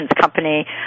company